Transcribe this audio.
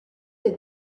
est